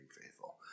faithful